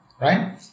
right